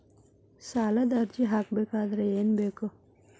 ಸಾಲದ ಅರ್ಜಿ ಹಾಕಬೇಕಾದರೆ ಏನು ಬೇಕು?